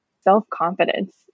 self-confidence